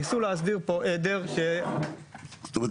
ניסו להסדיר פה עדר שאנחנו --- זאת אומרת,